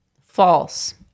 False